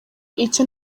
icyo